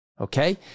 okay